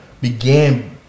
began